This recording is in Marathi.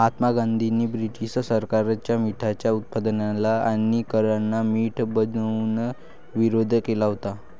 महात्मा गांधींनी ब्रिटीश सरकारच्या मिठाच्या उत्पादनाला आणि करांना मीठ बनवून विरोध केला होता